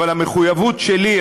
אבל המחויבות שלי,